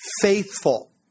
faithful